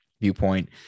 viewpoint